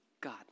God